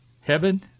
Heaven